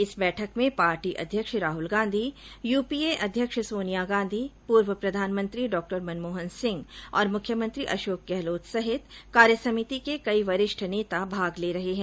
इस बैठक में पार्टी अध्यक्ष राहल गांधी यूपीए अध्यक्ष सोनिया गांधी पूर्व प्रधानमंत्री मनमोहन सिंह और मुख्यमंत्री अशोक गहलोत सहित कार्यसमिति के कई वरिष्ठ नेता भाग ले रहे हैं